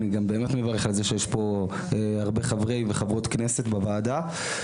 אני באמת מברך על כך שיש הרבה חברי וחברות כנסת בוועדה.